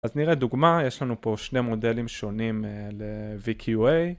אז נראה דוגמה, יש לנו פה שני מודלים שונים ל-VQA